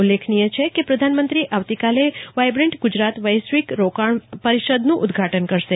ઉલ્લેખનીય છે કે પ્રદાનમંત્રી આવતીકાલે વાયબ્રન્ટ ગુંજરાત વૈશ્વિક રોકાણકાર પરિષદનું ઉદ્દઘાટન કરશે